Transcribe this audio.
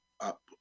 up